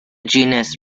genus